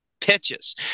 pitches